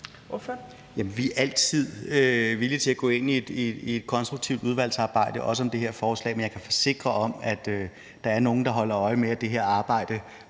Vi er altid villige til at gå ind i et konstruktivt udvalgsarbejde, også om det her forslag. Men jeg kan forsikre om, at der er nogle, der holder øje med, at det her arbejde